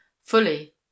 Fully